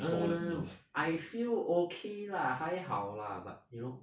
err I feel okay lah 还好 lah but you know